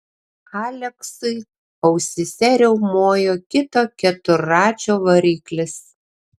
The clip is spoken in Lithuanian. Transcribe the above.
aleksui ausyse riaumojo kito keturračio variklis